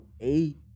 eight